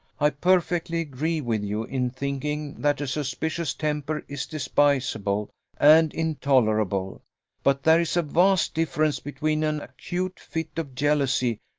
i perfectly agree with you in thinking that a suspicious temper is despicable and intolerable but there is a vast difference between an acute fit of jealousy,